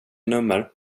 nummer